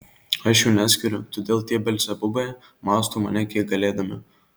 aš jų neskiriu todėl tie belzebubai mausto mane kiek galėdami